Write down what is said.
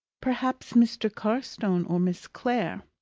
perhaps mr. carstone or miss clare